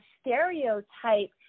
stereotype